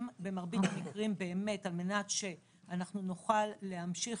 במרבית המקרים, על מנת שנוכל להמשיך